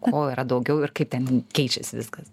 ko yra daugiau ir kaip ten keičiasi viskas